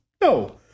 No